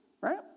right